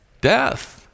death